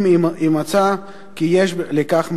אם ימצא כי יש לכך מקום.